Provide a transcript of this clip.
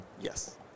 Yes